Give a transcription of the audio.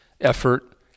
effort